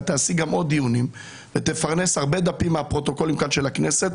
תעסיק גם עוד דיונים ותפרנס הרבה דפים מהפרוטוקולים של הכנסת,